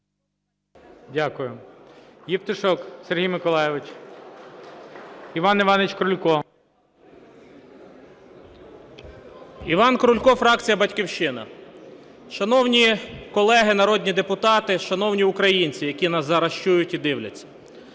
Дякую. Євтушок Сергій Миколайович. Іван Іванович Крулько. 13:25:51 КРУЛЬКО І.І. Іван Крулько, фракція "Батьківщина". Шановні колеги народні депутати, шановні українці, які нас зараз чують і дивляться.